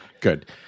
Good